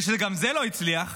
וכשגם זה לא הצליח,